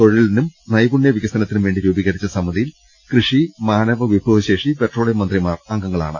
തൊഴിലിനും നൈപുണ്യവി കസനത്തിനും വേണ്ടി രൂപീകരിച്ച സമിതിയിൽ കൃഷി മാനവ വിഭവശേ ഷി പെട്രോളിയം മന്ത്രിമാർ സമിതിയിൽ അംഗങ്ങളാണ്